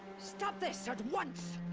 stop this at once!